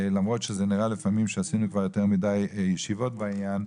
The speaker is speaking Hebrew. למרות שזה נראה לפעמים שעשינו כבר יותר מידי ישיבות בעניין,